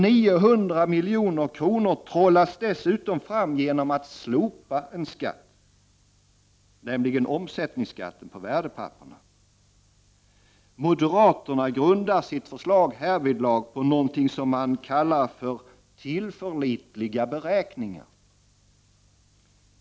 900 milj.kr. trollas dessutom: fram genom att slopa en skatt: omsättningsskatten på värdepapper. Moderaterna grundar sitt förslag härvidlag på någonting som man benämner ”tillförlitliga beräkningar”.